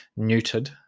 neutered